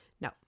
No